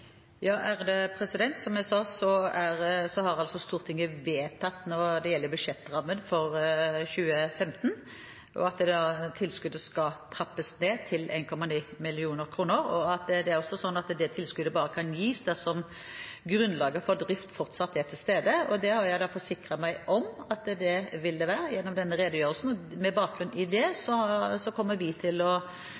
Som jeg sa, har Stortinget nå vedtatt budsjettrammen for 2015, og dette tilskuddet skal trappes ned til 1,9 mill. kr. Det er også slik at det tilskuddet bare kan gis dersom grunnlaget for drift fortsatt er til stede. Jeg har gjennom denne redegjørelsen forsikret meg om at det vil det være. Med bakgrunn i det